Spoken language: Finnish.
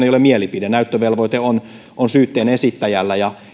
ei ole mielipide että näyttövelvoite on on syytteen esittäjällä ja